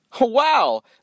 Wow